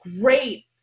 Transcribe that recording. Great